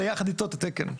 אלא יחד איתו התקן.